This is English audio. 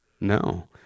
No